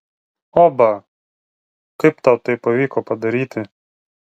oba kaip tau tai pavyko padaryti